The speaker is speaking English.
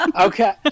Okay